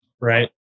Right